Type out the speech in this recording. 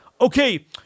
okay